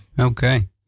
Okay